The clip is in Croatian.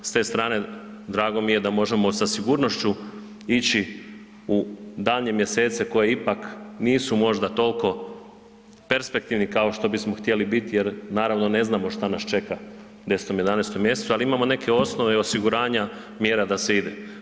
S te strane drago mi je da možemo sa sigurnošću ići u daljnje mjesece koje ipak nisu možda toliko perspektivni kao što bismo htjeli biti jer naravno ne znamo što nas čeka u 10., 11.mjesecu, ali imamo neke osnove osiguranja mjera da se ide.